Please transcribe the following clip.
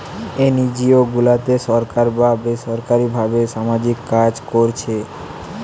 NGO গুলাতে সরকার বা বেসরকারী ভাবে সামাজিক কাজ কোরছে